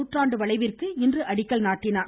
நூற்றாண்டு வளைவிற்கு இன்று அடிக்கல் நாட்டினார்